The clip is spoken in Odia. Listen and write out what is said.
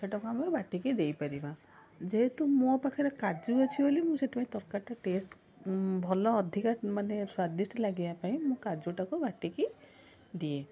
ସେଇଟାକୁ ଆମେ ବାଟିକି ଦେଇପାରିବା ଯେହେତୁ ମୋ ପାଖରେ କାଜୁ ଅଛି ବୋଲି ମୁଁ ସେଥିପାଇଁ ତରକାରୀଟା ଟେଷ୍ଟ୍ ଭଲ ଅଧିକା ମାନେ ସ୍ୱାଦିଷ୍ଟ ଲାଗିବାପାଇଁ ମୁଁ କାଜୁଟାକୁ ବାଟିକି ଦିଏ